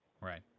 Right